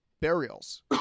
burials